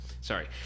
Sorry